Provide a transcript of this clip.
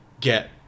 get